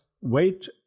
wait